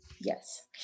Yes